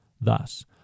Thus